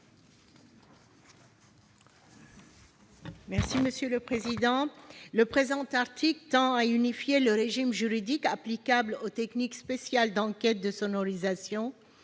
n° 29 rectifié. Le présent article tend à unifier le régime juridique applicable aux techniques spéciales d'enquête de sonorisation,